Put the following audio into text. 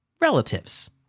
relatives